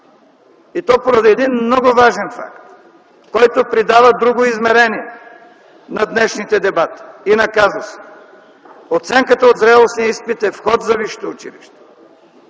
и то поради един много важен факт, който придава друго измерение на днешните дебати и на казуса. Оценката от зрелостния изпит е вход за висшето училище